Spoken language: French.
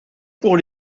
pour